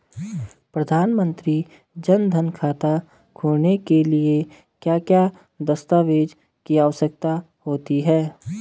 प्रधानमंत्री जन धन खाता खोलने के लिए क्या क्या दस्तावेज़ की आवश्यकता होती है?